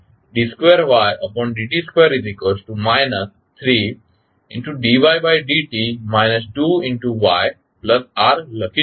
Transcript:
આપણે d2ydt2 3dytdt 2ytrt લખી શકીએ છીએ